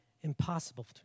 impossible